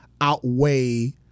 outweigh